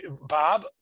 Bob